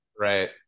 Right